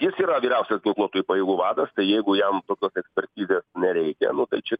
jis yra vyriausias ginkluotų pajėgų vadas jeigu jam tokios ekspertizės nereikia nu tai čia